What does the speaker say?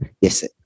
Yes